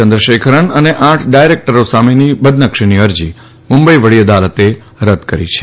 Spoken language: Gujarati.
ચંદ્રશેખરન અને આઠ ડાયરેકટરો સામેની બદનક્ષીની અરજી મુંબઇ વડી અદાલતે રદ કરી છે